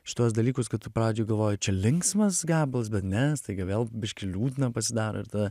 šituos dalykus kad tu pavyzdžiui galvoji čia linksmas gabalas bet ne staiga vėl biškį liūdna pasidaro ir tada